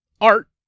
Art